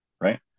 right